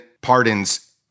pardons